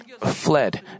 fled